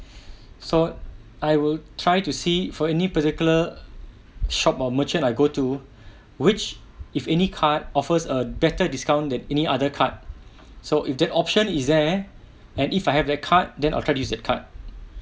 so I will try to see for any particular shop or merchant I go to which if any card offers a better discount that any other card so if the option is there and if I have that card then I'll try to use that card